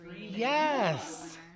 Yes